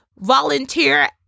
volunteer